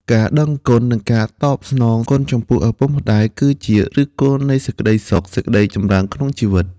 ការដឹងគុណ និងការតបស្នងគុណចំពោះឪពុកម្តាយ គឺជាឫសគល់នៃសេចក្តីសុខ សេចក្តីចម្រើនក្នុងជីវិត។